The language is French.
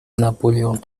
napoleon